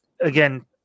again